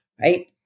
right